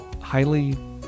highly